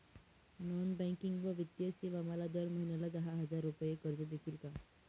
Non banking व वित्तीय सेवा मला दर महिन्याला दहा हजार रुपये कर्ज देतील का?